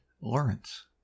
Lawrence